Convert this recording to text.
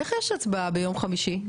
איך יש הצבעה ביום חמישי?